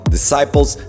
Disciples